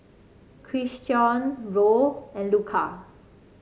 Christion Roll and Luka